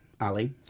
Ali